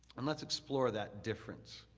and let's explore that difference.